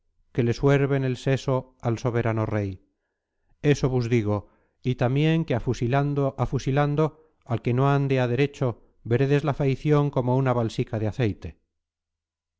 que le suerben el seso al soberano rey eso vus digo y tamién que afusilando afusilando al que no ande aderecho veredes la faición como una balsica de aceite